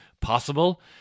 possible